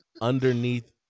underneath